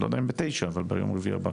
לא יודע אם בשעה תשע אבל ביום רביעי הבא